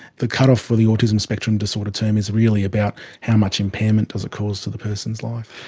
the cut-off for the autism spectrum disorder term is really about how much impairment does it cause to the person's life.